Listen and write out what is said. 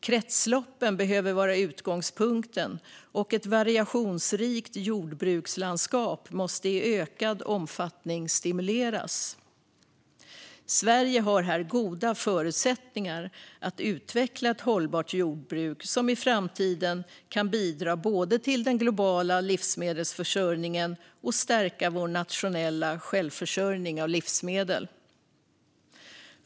Kretsloppen behöver vara utgångspunkten, och ett variationsrikt jordbrukslandskap måste i ökad omfattning stimuleras. Sverige har här goda förutsättningar att utveckla ett hållbart jordbruk som i framtiden kan bidra både till den globala livsmedelsförsörjningen och stärka vår nationella självförsörjning av livsmedel.